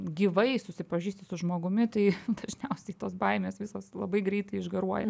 gyvai susipažįsti su žmogumi tai dažniausiai tos baimės visos labai greitai išgaruoja